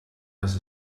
les